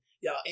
y'all